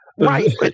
Right